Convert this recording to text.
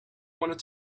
wanted